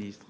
est